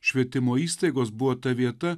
švietimo įstaigos buvo ta vieta